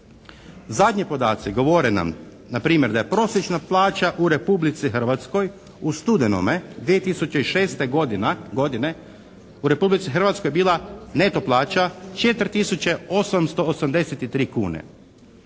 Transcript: Zadnji podaci govore nam npr. da je prosječna plaća u Republici Hrvatskoj u studenome 2006. godine, u Republici Hrvatskoj